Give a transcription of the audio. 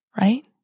right